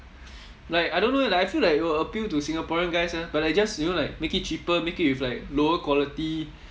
like I don't know eh like I feel like it will appeal to singaporean guys eh but like just you know like make it cheaper make it with like lower quality